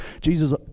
Jesus